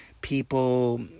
people